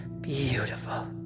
beautiful